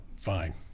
fine